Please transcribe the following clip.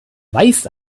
weiß